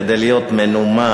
כדי להיות מנומק,